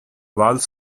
walls